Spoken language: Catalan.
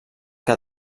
que